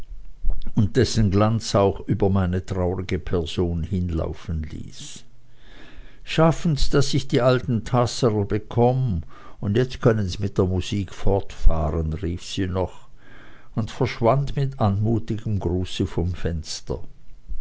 und dessen glanz auch über meine traurige person hinlaufen ließ schaffen's daß ich die alten tasserl bekomm und jetzt können's mit der musik fortfahren rief sie noch und verschwand mit anmutigem gruße vom fenster